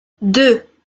deux